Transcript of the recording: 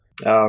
Okay